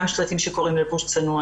גם שלטים שקוראים ללבוש צנוע,